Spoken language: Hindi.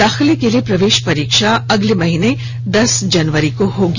दाखिले के लिए प्रवेश परीक्षा अगले माह दस जनवरी को होगी